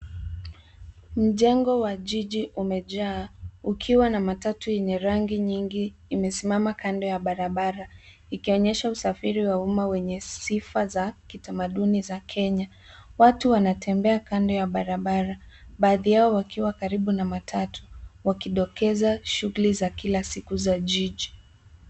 Mjengo wa jiji umejaa ukiwa na matatu enye rangi nyingi imesimama kando ya barabara ikionyesha usafiri wa umma wenye sifa za kitamaduni za Kenya. Watu wanatembea kando ya barabara baadhi yao wakiwa karibu na matatu wakidokeza shuguli za kila siku za jiji.